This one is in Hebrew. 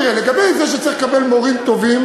תראה,